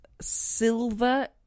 silver